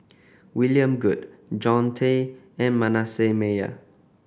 William Goode Jean Tay and Manasseh Meyer